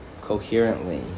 coherently